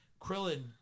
Krillin